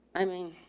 i mean